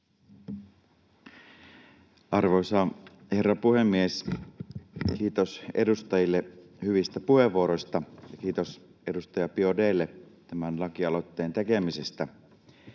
Arvoisa herra puhemies! Kiitos edustajille hyvistä puheenvuoroista. Kiitos edustaja Biaudet’lle tämän lakialoitteen tekemisestä,